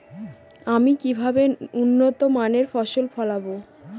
আমি কিভাবে উন্নত মানের ফসল ফলাবো?